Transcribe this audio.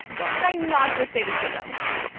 what? did i not just say to split that with me?